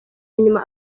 nyuma